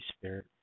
Spirit